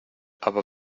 aber